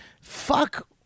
fuck